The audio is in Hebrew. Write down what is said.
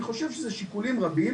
אני חושב שזה שיקולים רבים.